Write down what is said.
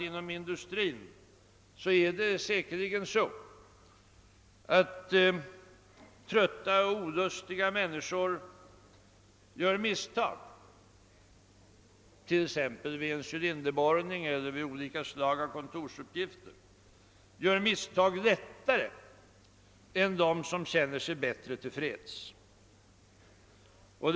Inom industrin gör säkerligen trötta och olustiga människor misstag lättare än de som känner sig bättre till freds — t.ex. misstag vid cylinderborrning eller vid olika slag av kontorsarbete.